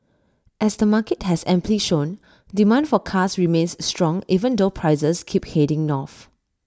as the market has amply shown demand for cars remains strong even though prices keep heading north